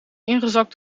ingezakt